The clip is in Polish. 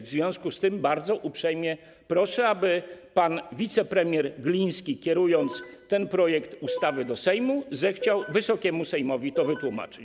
W związku z tym bardzo uprzejmie proszę, aby pan wicepremier Gliński, kierując ten projekt ustawy do Sejmu, zechciał Wysokiemu Sejmowi to wytłumaczyć.